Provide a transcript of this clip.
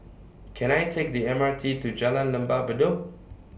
Can I Take The M R T to Jalan Lembah Bedok